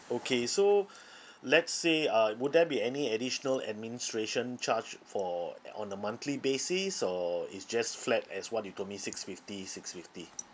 okay so let's say uh would there be any additional administration charge for on a monthly basis or is just flat as what you told me six fifty six fifty